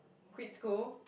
quit school